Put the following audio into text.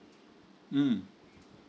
mm